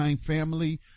family